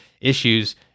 issues